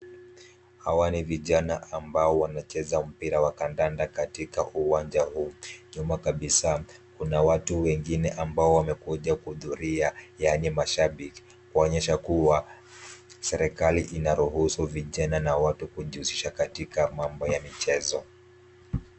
Hawa ni vijana ambao wanacheza mpira wa kandanda katika uwanja huu. Nyuma kabisa kuna watu wengine ambao wamekuja kuhudhuria yaani mashabiki kuonyesha kuwa serikali inaruhusu vijana na watu kujihusisha katika mambo ya michezo.